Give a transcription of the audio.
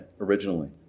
originally